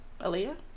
Aaliyah